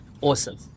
Awesome